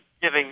giving